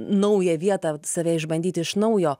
naują vietą save išbandyti iš naujo